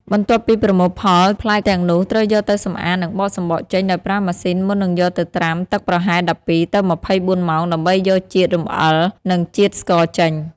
បន្ទាប់ពីប្រមូលផល ផ្លែទាំងនោះត្រូវយកទៅសម្អាត និងបកសំបកចេញដោយប្រើម៉ាស៊ីនមុននឹងយកទៅត្រាំទឹកប្រហែល ១២ ទៅ ២៤ ម៉ោង ដើម្បីយកជាតិរំអិល និងជាតិស្ករចេញ។